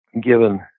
given